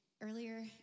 earlier